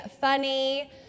funny